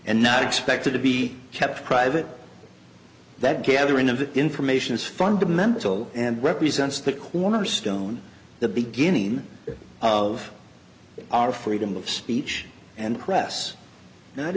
and not expected to be kept private that gathering of information is fundamental and represents the quarter stone the beginning of our freedom of speech and press